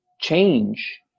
change